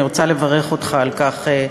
אני רוצה לברך אותך על כך,